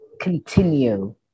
continue